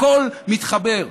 הכול מתחבר,